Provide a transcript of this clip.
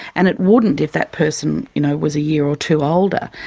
and it wouldn't if that person, you know, was a year or two older.